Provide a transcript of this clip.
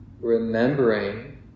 remembering